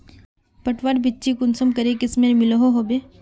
पटवार बिच्ची कुंसम करे किस्मेर मिलोहो होबे?